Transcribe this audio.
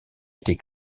été